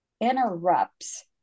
interrupts